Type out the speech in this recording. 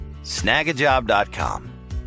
Snagajob.com